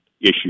issue